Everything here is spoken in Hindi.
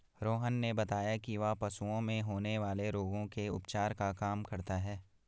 रोहन ने बताया कि वह पशुओं में होने वाले रोगों के उपचार का काम करता है